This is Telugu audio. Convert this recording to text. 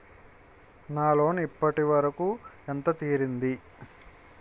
నా లోన్ ఇప్పటి వరకూ ఎంత తీరింది?